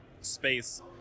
space